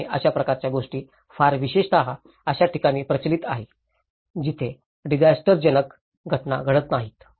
आणि अशा प्रकारच्या गोष्टी फार विशेषतः अशा ठिकाणी प्रचलित आहेत जिथे डिजास्टरजनक घटना घडत नाहीत